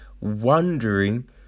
Wondering